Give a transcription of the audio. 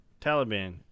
Taliban